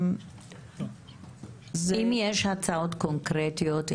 אם יש הצעות קונקרטיות,